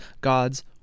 God's